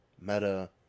Meta